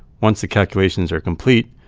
once the calculations are complete,